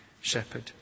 shepherd